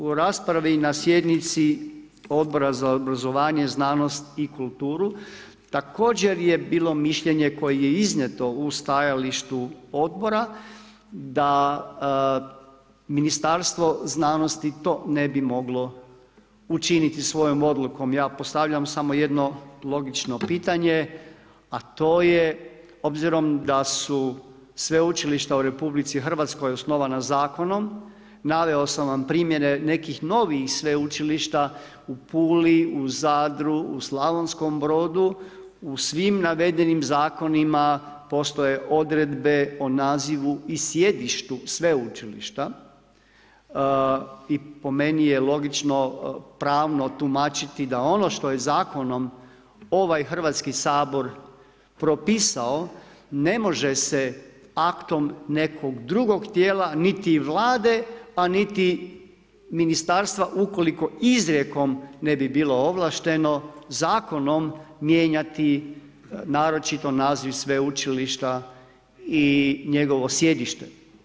U raspravi na sjednici Odbora za obrazovanje, znanost i kulturu, također je bilo mišljenje koje je iznijeto u stajalištu odbora da Ministarstvo znanosti to ne bi moglo učiniti svojom odlukom, ja postavljam samo jedno logično pitanje, a to je obzirom da su sveučilišta u RH osnovana zakonom, naveo sam vam primjere nekih novijih sveučilišta u Puli, u Zadru, u Slavonskom Brodu, u svim navedenim zakonima, postoje odredbe o nazovu i sjedištu sveučilišta i po meni je logično, pravno tumačiti da ono što je zakonom ovaj Hrvatski sabor propisao, ne može se aktom nekog drugog tijela niti Vlade a niti ministarstva ukoliko izrijekom ne bi bilo ovlašteno, zakonom mijenjati naročito naziv sveučilišta i njegovo sjedište.